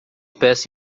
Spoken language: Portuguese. peça